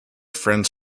friends